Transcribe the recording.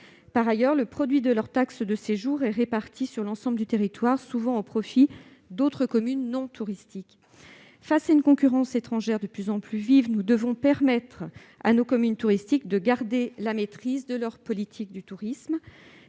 Par ailleurs, le produit de leur taxe de séjour est réparti sur l'ensemble du territoire, souvent au profit d'autres communes non touristiques. Face à une concurrence étrangère de plus en plus vive, nous devons permettre aux communes touristiques de garder la maîtrise de leur politique touristique.